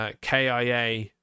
KIA